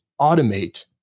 automate